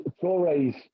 Torre's